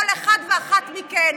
כל אחד ואחת מכם,